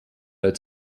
als